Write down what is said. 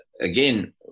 again